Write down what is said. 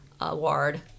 award